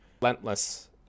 relentless